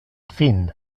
fin